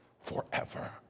forever